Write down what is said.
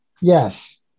Yes